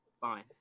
Fine